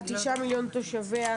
על תשעה מיליון תושביה,